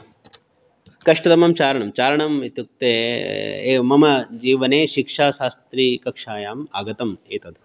कष्टतमं चारणं चारणम् इत्युक्ते मम जीवने शिक्षाशास्त्री कक्षायाम् आगतम् एतद्